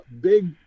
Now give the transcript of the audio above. big